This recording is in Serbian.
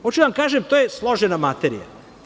Hoću da vam kažem šta je složena materija.